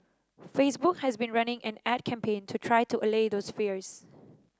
Facebook has been running an ad campaign to try to allay those fears